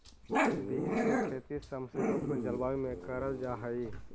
beans की खेती समशीतोष्ण जलवायु में करल जा हई